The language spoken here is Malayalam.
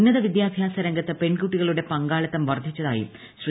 ഉന്നത വിദ്യാഭ്യാസ രംഗത്ത് പെൺകുട്ടികളുടെ പങ്കാളിത്തം വർദ്ധിച്ചതായി ശ്രീ